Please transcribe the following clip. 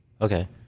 Okay